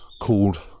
called